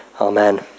amen